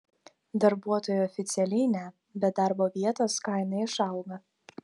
darbuotojui oficialiai ne bet darbo vietos kaina išauga